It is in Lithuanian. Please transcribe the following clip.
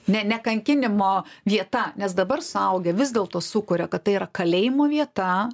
ne ne kankinimo vieta nes dabar suaugę vis dėl to sukuria kad tai yra kalėjimo vieta